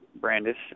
Brandis